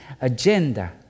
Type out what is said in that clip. agenda